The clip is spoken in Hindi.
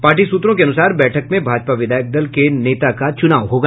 पार्टी सूत्रों के अनुसार बैठक में भाजपा विधायक दल के नेता का चुनाव होगा